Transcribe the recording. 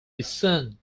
discern